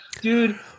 Dude